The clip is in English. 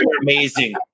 Amazing